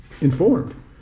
informed